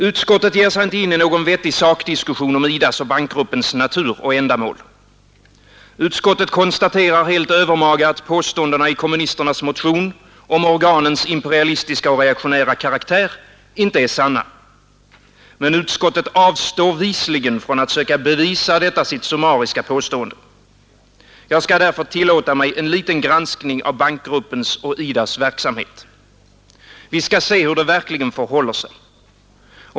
Utskottet ger sig inte in i någon vettig sakdiskussion om IDA :s och bankgruppens natur och ändamål. Utskottet konstaterar helt övermaga att påståendena i kommunisternas motion om organens imperialistiska och reaktionära karaktär inte är sanna. Men utskottet avstår visligen från att söka bevisa detta sitt summariska påstående. Jag skall därför tillåta mig en liten granskning av bankgruppens och IDA :s verksamhet. Vi skall se hur det verkligen förhåller sig.